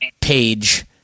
page